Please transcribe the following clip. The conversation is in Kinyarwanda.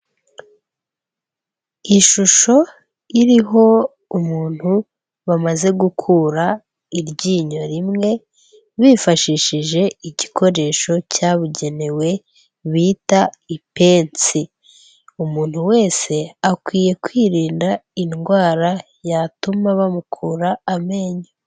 Ishusho iriho umuntu bamaze gukura iryinyo rimwe bifashishije igikoresho cyabugenewe bita ipensi, umuntu wese akwiye kwirinda indwara yatuma bamukura amenyo.